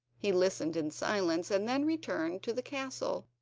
he listened in silence, and then returned to the castle,